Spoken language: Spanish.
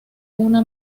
una